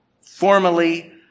formally